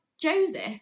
Joseph